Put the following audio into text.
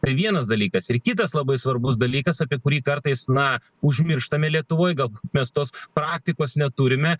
tai vienas dalykas ir kitas labai svarbus dalykas apie kurį kartais na užmirštame lietuvoj gal mes tos praktikos neturime